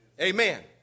Amen